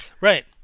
right